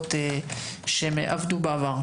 במקצועות שעבדו בעבר.